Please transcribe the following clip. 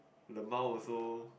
lmao also